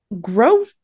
grow